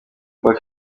pac